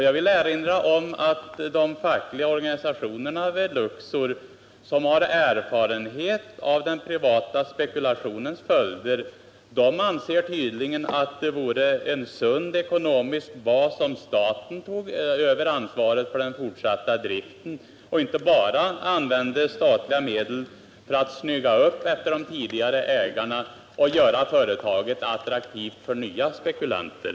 Jag vill erinra om att de fackliga organisationerna vid Luxor, som har erfarenhet av den privata spekulationens följder, tydligen anser att det vore en sund ekonomisk bas om staten tog över ansvaret för den fortsatta driften och att man inte bara använde statliga medel för att snygga upp efter de tidigare ägarna och göra företaget attraktivt för nya spekulanter.